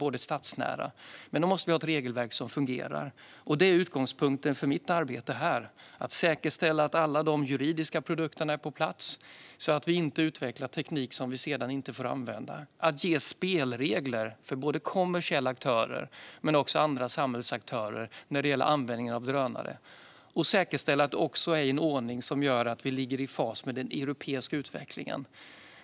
Men vi måste ha ett regelverk som fungerar. Utgångspunkten för mitt arbete är att säkerställa att alla juridiska produkter är på plats så att vi inte utvecklar teknik som vi sedan inte får använda, att ge spelregler för både kommersiella aktörer och andra samhällsaktörer när det gäller användningen av drönare och att säkerställa att detta sker i en ordning som gör att vi ligger i fas med den europeiska utvecklingen.